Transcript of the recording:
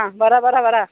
ആ പറ പറ പറ